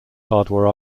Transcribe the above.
hardware